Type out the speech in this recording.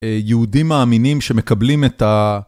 יהודים מאמינים שמקבלים את ה...